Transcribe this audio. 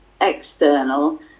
external